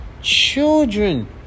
children